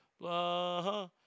Blah